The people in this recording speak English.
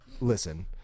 Listen